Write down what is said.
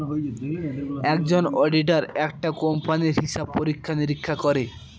একজন অডিটার একটা কোম্পানির হিসাব পরীক্ষা নিরীক্ষা করে